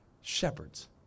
shepherds